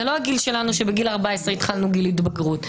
זה לא בתקופה שלנו שבגיל 14 התחלנו את גיל ההתבגרות.